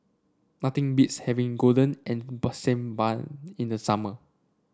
nothing beats having golden and burn same bun in the summer